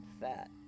fat